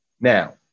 Now